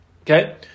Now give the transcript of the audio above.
okay